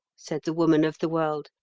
said the woman of the world,